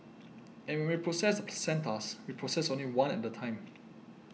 and when we process the placentas we process only one at a time